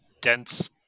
dense